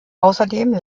außerdem